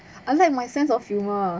I like my sense of humour